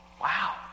wow